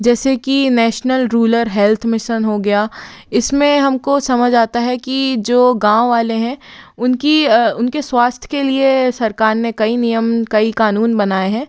जैसे कि national rural health mission हो गया इसमें हमको समझ आता है कि जो गाँव वाले हैं उनकी उनके स्वास्थ के लिए सरकार ने कई नियम कई कानून बनाए हैं